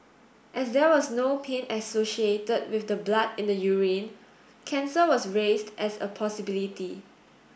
as there was no pain associated with the blood in the urine cancer was raised as a possibility